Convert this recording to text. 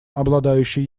обладающий